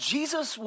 Jesus